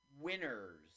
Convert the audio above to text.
winners